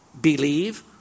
believe